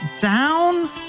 down